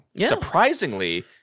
Surprisingly